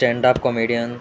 standup comedian